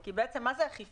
כי בעצם מה זה אכיפה,